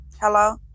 Hello